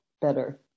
better